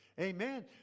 Amen